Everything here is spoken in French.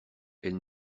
elle